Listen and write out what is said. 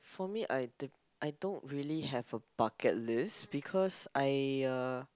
for me I d~ I don't really have a bucket list because I uh